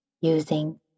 using